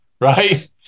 right